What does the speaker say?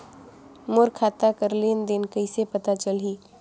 मोर खाता कर लेन देन कइसे पता चलही?